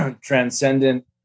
Transcendent